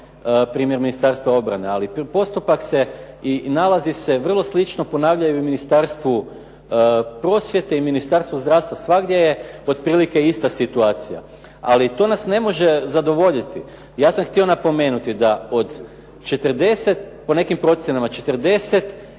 primjer Ministarstva obrane ali postupak se, i nalazi se vrlo slično ponavljaju u Ministarstvu prosvjete i Ministarstvu zdravstva. Svagdje je otprilike ista situacija. Ali to nas ne može zadovoljiti. Ja sam htio napomenuti po nekim procjenama